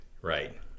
Right